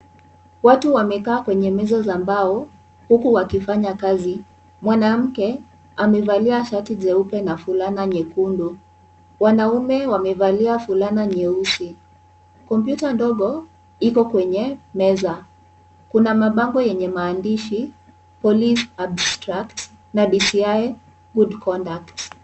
Watu wamekaa kwenye meza za mbao huku wakifanya kazi. Mwanamke amevalia shati jeupe na fulana nyekundu. Wanaume wamevalia fulana nyeusi. Kompyuta ndogo iko kwenye meza. Kuna mabango yenye maandishi Police abstract na DCI good conduct .